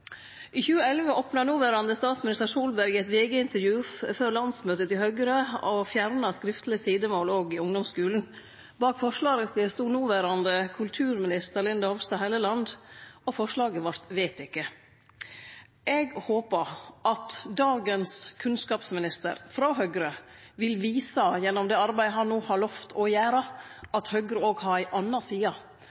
I 2011 opna noverande statsminister Solberg, i eit VG-intervju før landsmøtet til Høgre, for å fjerne skriftleg sidemål òg i ungdomsskulen. Bak forslaget stod noverande kulturminister Linda C. Hofstad Helleland, og forslaget vart vedteke. Eg håpar at dagens kunnskapsminister, frå Høgre, gjennom det arbeidet han no har lovt å gjere, vil vise at Høgre òg har ei anna side,